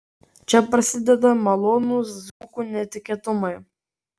čia prasideda malonūs dzūkų netikėtumai